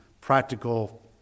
practical